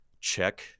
check